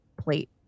plate